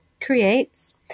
creates